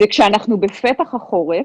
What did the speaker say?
כשאנחנו בפתח החורף,